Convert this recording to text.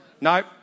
No